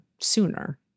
sooner